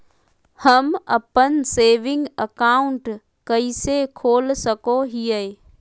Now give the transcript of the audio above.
हम अप्पन saving account कइसे खोल सको हियै?